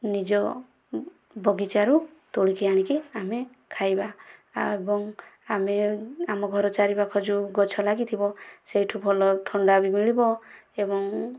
ନିଜ ବଗିଚାରୁ ତୋଳିକି ଆଣିକି ଆମେ ଖାଇବା ଏବଂ ଆମେ ଆମ ଘର ଚାରି ପାଖ ଯେଉଁ ଗଛ ଲାଗିଥିବ ସେଇଠାରୁ ଭଲ ଥଣ୍ଡା ବି ମିଳିବ ଏବଂ